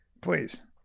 please